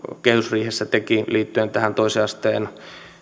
kehysriihessä teki liittyen tähän toisen asteen